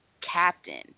captain